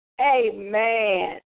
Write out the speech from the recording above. Amen